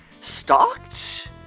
stalked